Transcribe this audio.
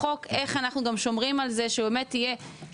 בחוק איך אנחנו גם שומרים על זה שהוא באמת יהיה שמור,